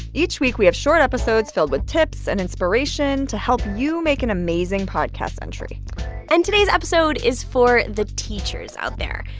each week, we have short episodes filled with tips and inspiration to help you make an amazing podcast entry and today's episode is for the teachers out there.